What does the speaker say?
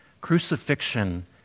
Crucifixion